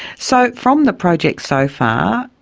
so from the project so far,